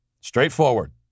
straightforward